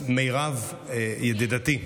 מירב ידידתי,